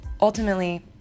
Ultimately